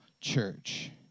church